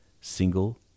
single